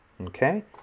okay